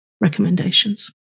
recommendations